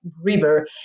river